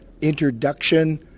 introduction